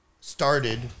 started